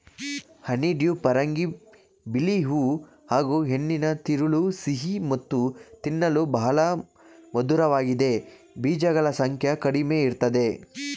honeydew ಪರಂಗಿ ಬಿಳಿ ಹೂ ಹಾಗೂಹೆಣ್ಣಿನ ತಿರುಳು ಸಿಹಿ ಮತ್ತು ತಿನ್ನಲು ಬಹಳ ಮಧುರವಾಗಿದೆ ಬೀಜಗಳ ಸಂಖ್ಯೆ ಕಡಿಮೆಇರ್ತದೆ